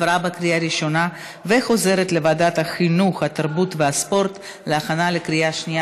לוועדת החינוך התרבות והספורט נתקבלה.